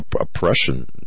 oppression